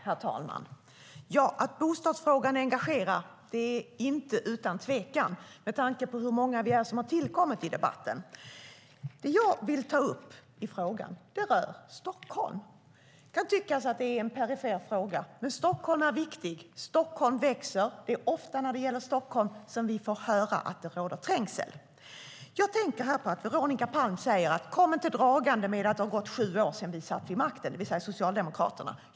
Herr talman! Det är ingen tvekan om att bostadsfrågan engagerar, med tanke på hur många vi är som har tillkommit i debatten. Det jag vill ta upp i frågan rör Stockholm. Det kan tyckas vara en perifer fråga, men Stockholm är viktig och Stockholm växer. Det är ofta när det gäller Stockholm som vi får höra att det råder trängsel. Veronica Palm säger: Kom inte dragande med att det har gått sju år sedan vi socialdemokrater satt vid makten!